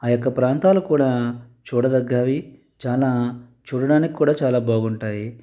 ఆ యొక్క ప్రాంతాలు కూడా చూడదగ్గవి చాలా చూడడానికి కూడా చాలా బాగుంటాయి